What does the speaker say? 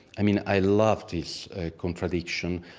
i mean, i love this contradiction.